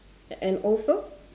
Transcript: and also